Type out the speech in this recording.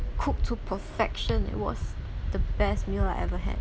cooked to perfection it was the best meal I ever had